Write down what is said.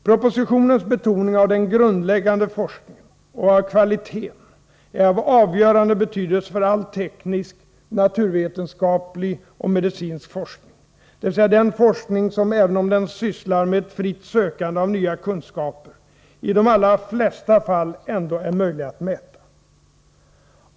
Propositionens betoning av den grundläggande forskningen och av kvaliteten är av avgörande betydelse för all teknisk, naturvetenskaplig och medicinsk forskning, dvs. den forskning som — även om den sysslar med ett fritt sökande av nya kunskaper — i de allra flesta fall ändå är möjlig att mäta.